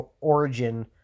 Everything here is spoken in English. origin